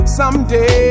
someday